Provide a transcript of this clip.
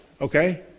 okay